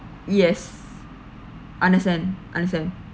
yes understand understand